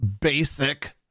basic